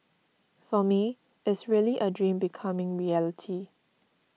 for me is really a dream becoming reality